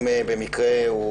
אם הוא מחובר,